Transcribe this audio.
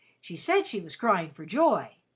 she said she was crying for joy!